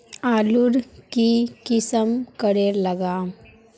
आलूर की किसम करे लागम?